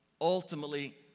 ultimately